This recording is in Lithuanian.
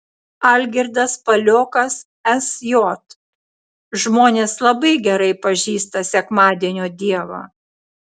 algirdas paliokas sj žmonės labai gerai pažįsta sekmadienio dievą